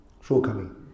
shortcoming